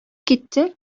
китте